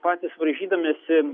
patys varžydamiesi